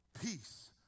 peace